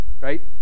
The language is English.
right